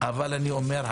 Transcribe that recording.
אבל אני אומר,